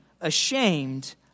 ashamed